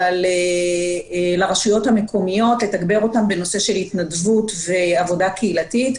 לתגבר את הרשויות המקומיות בנושא של התנדבות ועבודה קהילתית.